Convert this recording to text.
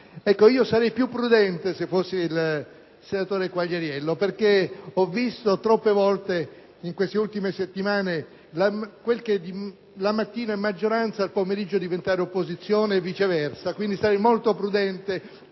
Sarei piuprudente se fossi il senatore Quagliariello, perche´ ho visto troppe volte, in queste ultime settimane, che quel che la mattina e maggioranza il pomeriggio e` diventata opposizione, e viceversa. Quindi sarei molto prudente,